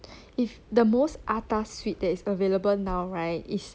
if the most atas suite that is available now right is